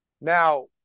now